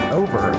over